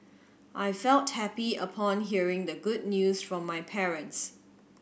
I felt happy upon hearing the good news from my parents